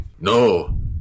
No